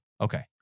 Okay